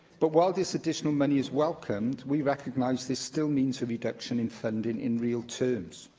but while this additional money is welcomed, we recognise this still means a reduction in funding in real terms,